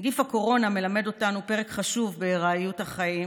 נגיף הקורונה מלמד אותנו פרק חשוב בארעיות החיים